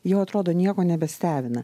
jau atrodo nieko nebestebina